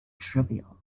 trivial